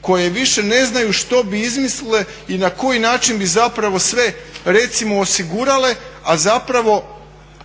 koje više ne znaju što bi izmislile i na koji način bi zapravo sve recimo osigurale, a zapravo